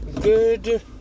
Good